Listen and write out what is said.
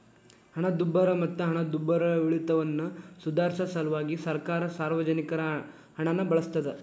ಹಣದುಬ್ಬರ ಮತ್ತ ಹಣದುಬ್ಬರವಿಳಿತವನ್ನ ಸುಧಾರ್ಸ ಸಲ್ವಾಗಿ ಸರ್ಕಾರ ಸಾರ್ವಜನಿಕರ ಹಣನ ಬಳಸ್ತಾದ